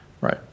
right